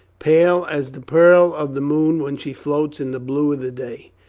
pale as the pearl of the moon when she floats in the blue of the day.